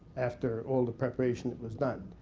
after all the preparation that was done.